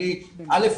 א',